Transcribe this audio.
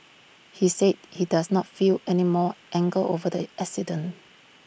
he said he does not feel any more anger over the accident